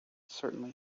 certainly